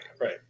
Right